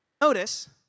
Notice